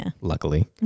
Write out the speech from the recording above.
luckily